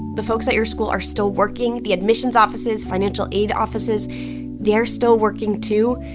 the folks at your school are still working. the admissions offices, financial aid offices they're still working, too.